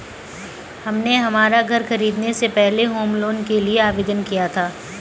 हमने हमारा घर खरीदने से पहले होम लोन के लिए आवेदन किया था